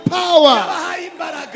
power